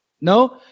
no